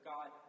God